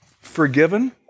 forgiven